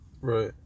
Right